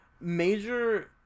major